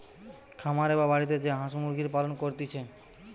খামারে বা বাড়িতে যে হাঁস মুরগির পালন করতিছে